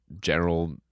general